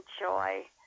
enjoy